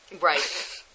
Right